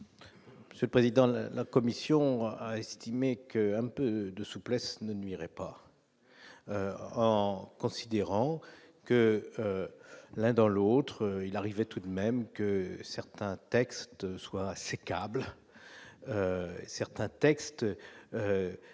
identiques. Ce président de la commission a estimé qu'un peu de souplesse ne nuirait pas en considérant que l'un dans l'autre, il arrivait tout de même que certains textes soient sécable certains textes